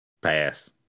pass